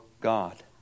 God